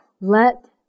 let